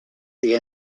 the